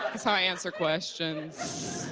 i answer questions.